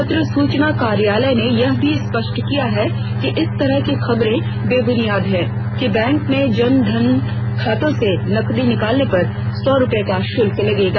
पत्र सूचना कार्यालय ने यह भी स्पष्ट किया है कि इस तरह की खबरे बेबुनियाद हैं कि बैंक में जन धन खातों से नकदी निकालने पर सौ रूपये का शुल्क लगेगा